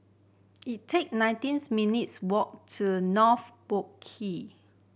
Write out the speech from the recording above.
it take nineteens minutes' walk to North Boat Quay